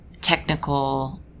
technical